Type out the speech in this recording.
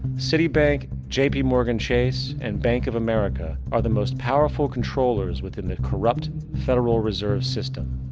citibank, jp morgan chase and bank of america are the most powerful controllers within the corrupt federal reserve system.